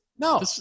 No